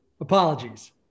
apologies